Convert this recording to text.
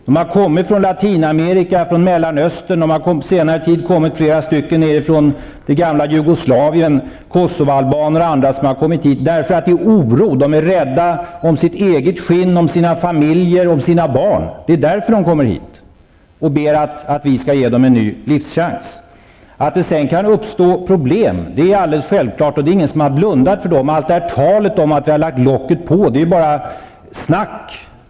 De har kommit från Latinamerika, från Mellanöstern och på senare tid från det gamla Jugoslavien -- det är Kosovoalbaner och andra som har kommit hit därför att det där råder oro; de är rädda om sitt eget skinn, om sina familjer, om sina barn. Det är därför de kommer hit och ber att vi skall ge dem en ny livschans. Att det sedan kan uppstå problem är självklart, och det är ingen som har blundat för dem. Allt det här talet om att vi har lagt locket på är bara snack.